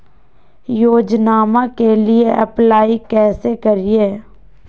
योजनामा के लिए अप्लाई कैसे करिए?